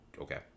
okay